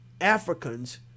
Africans